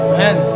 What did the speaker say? Amen